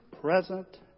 present